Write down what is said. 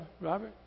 Robert